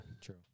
true